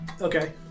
Okay